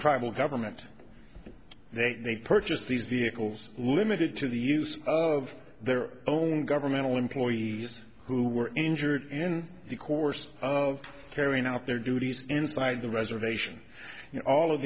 tribal government they purchased these vehicles limited to the use of their own governmental employees who were injured in the course of carrying out their duties inside the reservation you know all of